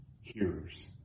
hearers